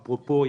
אפרופו,